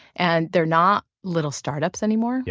and they're not little start-ups anymore. yeah